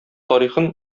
тарихын